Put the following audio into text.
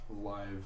live